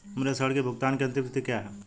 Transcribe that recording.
मेरे ऋण के भुगतान की अंतिम तिथि क्या है?